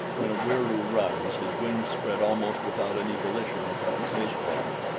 when a wieroo runs, his wings spread almost without any volition upon his part,